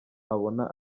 babona